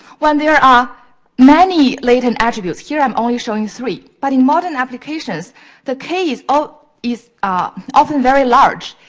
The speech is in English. when there are ah many latent attributes, here i'm only showing three, but in modern applications the case ah is ah often very large.